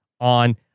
on